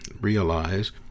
realize